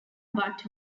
butt